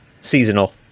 seasonal